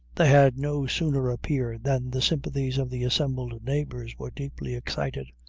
they had no sooner appeared, than the sympathies of the assembled neighbors were deeply excited,